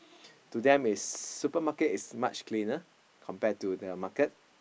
to them is supermarket is much cleaner compare to the market